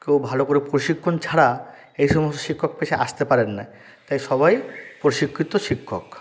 খুব ভালো করে প্রশিক্ষণ ছাড়া এই সমস্ত শিক্ষক পেশায় আসতে পারেন না তাই সবাই প্রশিক্ষিত শিক্ষক